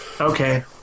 Okay